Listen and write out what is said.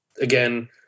again